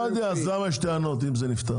לא יודע, אז למה יש טענות אם זה נפתר?